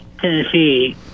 Tennessee